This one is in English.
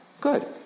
good